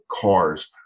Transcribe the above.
cars